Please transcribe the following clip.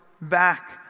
back